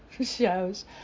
shows